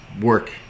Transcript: work